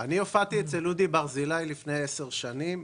אני הופעתי אצל אודי ברזילאי לפני כעשר שנים,